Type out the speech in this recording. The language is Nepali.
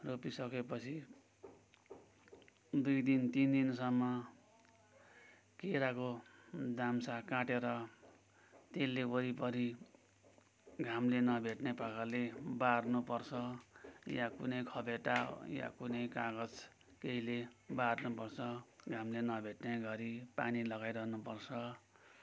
रोपिसकेपछि दुई दिन तिन दिनसम्म केराको दाम्चा काटेर त्यसले वरिपरि घामले नभेट्ने प्रकारले बार्नु पर्छ या कुनै खपेटा या कुनै कागज केहीले बार्नु पर्छ घामले नभेट्ने गरी पानी लगााइरहनु पर्छ